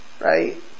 Right